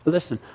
Listen